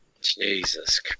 Jesus